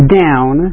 down